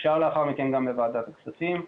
אושר לאחר מכן בוועדת הכספים.